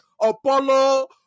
Apollo